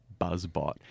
BuzzBot